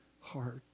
heart